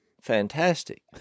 fantastic